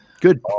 Good